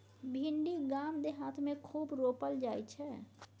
भिंडी गाम देहात मे खूब रोपल जाई छै